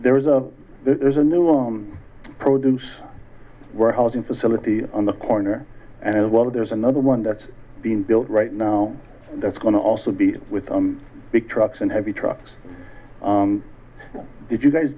there is a there's a new one produce warehousing facility on the corner and well there's another one that's being built right now that's going to also be with a big trucks and heavy trucks if you guys